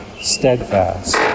steadfast